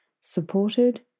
supported